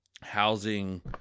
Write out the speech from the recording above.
housing